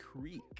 Creek